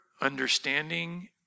understanding